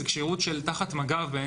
זו כשירות תחת מג"ב.